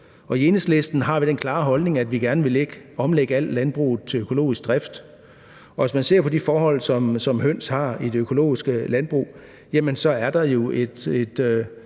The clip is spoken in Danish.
I Enhedslisten har vi den klare holdning, at vi gerne vil omlægge al landbruget til økologisk drift. Hvis man ser på de forhold, som høns har i de økologiske landbrug, så er der jo et